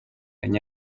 enye